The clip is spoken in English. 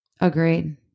Agreed